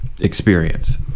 experience